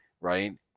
right